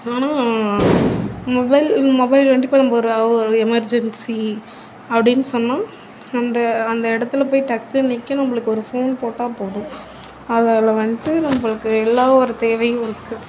ஆனால் மொபைல் இந்த மொபைல் வந்து இப்போ நம்ப ஒரு ஒரு எமர்ஜென்சி அப்படின்னு சொன்னா அந்த அந்த இடத்துல போய் டக்குன்னு நிற்க நம்பளுக்கு ஒரு ஃபோன் போட்டா போதும் அதில் வந்துட்டு நம்பளுக்கு எல்லா ஒரு தேவையும் இருக்கு